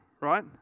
right